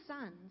sons